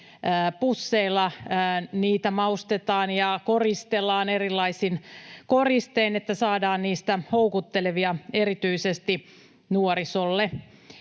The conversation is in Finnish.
Niitä maustetaan ja koristellaan erilaisin koristein, että saadaan niistä houkuttelevia erityisesti nuorisolle.